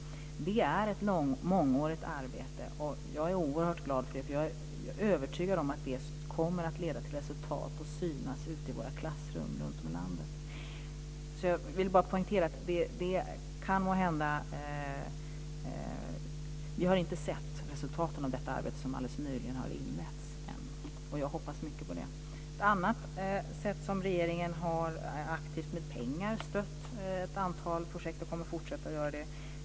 Det är ett mångårigt arbete. Jag är övertygad om att det kommer att leda till resultat och synas i våra klassrum runtom i landet. Jag vill bara poängtera att vi ännu inte sett resultaten av detta arbete som alldeles nyligen har inletts. Jag hoppas mycket på det. Ett annat sätt är att regeringen aktivt med pengar har stött ett antal projekt och kommer att fortsätta att göra det.